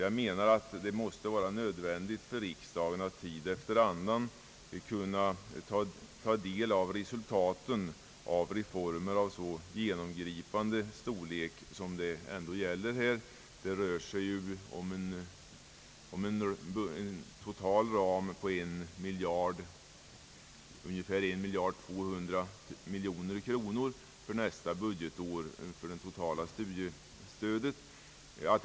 Jag menar att det måste vara nödvändigt för riksdagen att tid efter annan kunna ta del av resultaten av reformer av så genomgripande storlek som det ändå gäller här. Det rör sig om en total ram på 1200 miljoner kronor för nästa budgetår för det sammanlagda studiestödet.